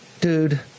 dude